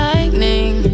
Lightning